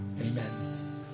Amen